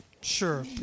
Sure